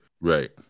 Right